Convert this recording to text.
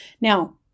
now